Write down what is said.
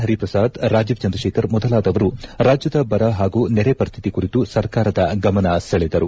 ಪರಿಪ್ರಸಾದ್ ರಾಜೀವ್ ಚಂದ್ರಕೇಖರ್ ಮೊದಲಾದವರು ರಾಜ್ಯದ ಬರ ಪಾಗೂ ನೆರೆ ಪರಿಸ್ಟಿತಿ ಕುರಿತು ಸರ್ಕಾರದ ಗಮನ ಸೆಳೆದರು